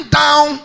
down